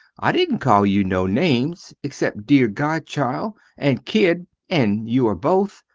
i didnt call you no names excep dere godchild and kid and you are both,